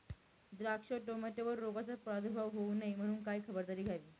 द्राक्ष, टोमॅटोवर रोगाचा प्रादुर्भाव होऊ नये म्हणून काय खबरदारी घ्यावी?